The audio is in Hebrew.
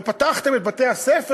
ופתחתם את בתי-הספר?